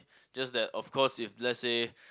just that of course if let's say